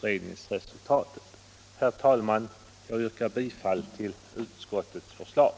Herr talman! Jag yrkar bifall till utskottets förslag.